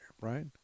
right